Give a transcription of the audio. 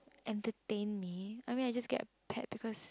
entertain me I mean I just get a pet because